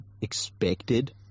expected